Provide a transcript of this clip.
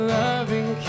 loving